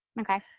Okay